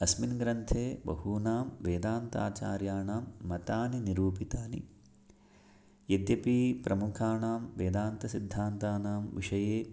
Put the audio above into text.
अस्मिन् ग्रन्थे बहूनां वेदान्ताचार्याणां मतानि निरूपितानि यद्यपि प्रमुखाणां वेदान्तसिद्धान्तानां विषये